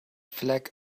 flag